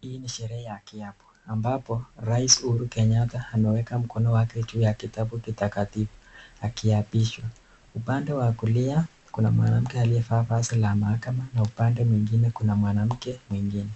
Hii ni sherehe ya kiapo ambapo rais Uhuru Kenyatta ameweka mkono wake juu ya kitabu kitakatifu akiapishwa, upande wa kulia kuna mwanamke aliyevaa vazi la mahakama na upande mwingine kuna mwanamke mwingine